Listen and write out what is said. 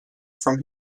from